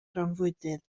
grawnfwydydd